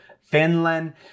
Finland